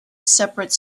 separate